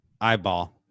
Eyeball